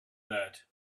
that